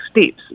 steps